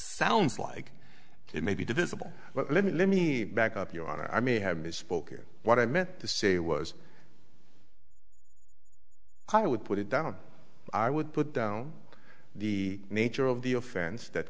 sounds like it may be divisible but let me let me back up your honor i may have misspoken what i meant to say was i would put it down i would put down the nature of the offense that